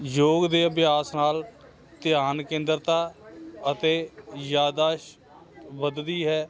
ਯੋਗ ਦੇ ਅਭਿਆਸ ਨਾਲ ਧਿਆਨ ਕੇਂਦਰਤਾ ਅਤੇ ਯਾਦਾਸ਼ਤ ਵੱਧਦੀ ਹੈ